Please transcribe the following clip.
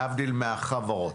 להבדיל מהחברות.